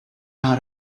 out